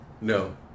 No